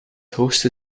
hoogste